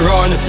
Run